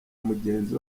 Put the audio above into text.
mugenzi